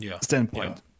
standpoint